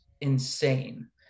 insane